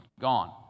gone